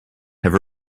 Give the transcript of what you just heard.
have